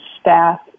staff